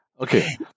Okay